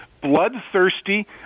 bloodthirsty